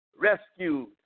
rescued